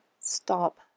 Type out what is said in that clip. stop